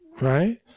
Right